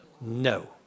No